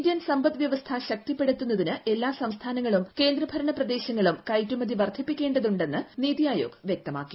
Indian സമ്പത്ത് വൃവസ്ഥ ശക്തിപ്പെടുത്തുന്നതിന് എല്ലാ സംസ്ഥാനങ്ങളും കേന്ദ്രഭരണപ്രദേശങ്ങളും കയറ്റുമതി വർദ്ധിപ്പിക്കേണ്ടതുണ്ട് നീതി ആയോഗ് വ്യക്തമാക്കി